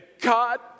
God